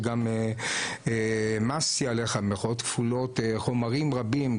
שגם "העמסתי עליך" חומרים רבים,